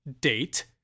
date